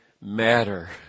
matter